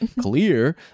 clear